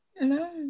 No